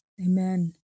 Amen